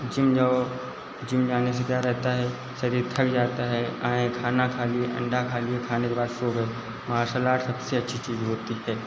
gym जाओ gym जाने से क्या रहता है शरीर थक जाता है आए खाना खा लिए अंडा खा लिए खाने के बाद सो गए मार्सल आर्ट सबसे अच्छी चीज़ होती है